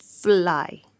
fly